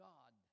God